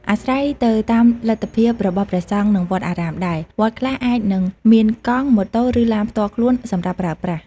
អាស្រ័យទៅតាមលទ្ធភាពរបស់ព្រះសង្ឃ និងវត្តអារាមដែរ វត្តខ្លះអាចនឹងមានកង់ ម៉ូតូ ឬ ឡានផ្ទាល់ខ្លួនសម្រាប់ប្រើប្រាស់។